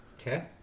Okay